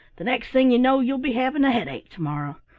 the next thing you know you'll be having a headache to-morrow.